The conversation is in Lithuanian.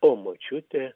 o močiutė